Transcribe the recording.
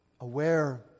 aware